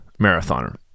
marathoner